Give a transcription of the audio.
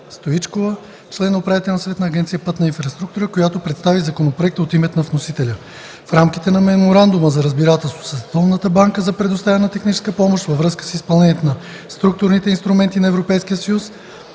със Световната банка за предоставяне на техническа помощ във връзка с изпълнението на структурните инструменти на Европейския съюз